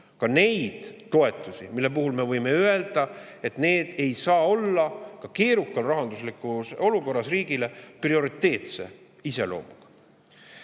ka neid toetusi, mille puhul me võime öelda, et need ei saa olla keerukas rahanduslikus olukorras olevale riigile prioriteetse iseloomuga. Isamaa